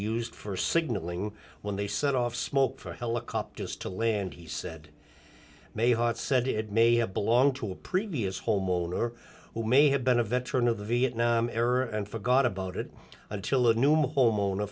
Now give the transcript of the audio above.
used for signaling when they set off smoke for helicopters to land he said may hot said it may have belonged to a previous homeowner who may have been a veteran of the vietnam era and forgot about it until a new my home owner